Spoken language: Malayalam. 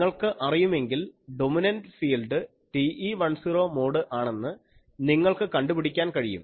നിങ്ങൾക്ക് അറിയുമെങ്കിൽ ഡൊമിനന്റ് ഫീൽഡ് TE10 മോഡ് ആണെന്ന് നിങ്ങൾക്ക് കണ്ടുപിടിക്കാൻ കഴിയും